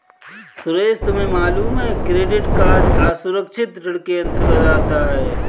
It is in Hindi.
सुरेश तुम्हें मालूम है क्रेडिट कार्ड असुरक्षित ऋण के अंतर्गत आता है